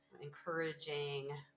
encouraging